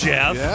Jeff